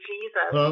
Jesus